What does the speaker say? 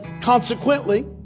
consequently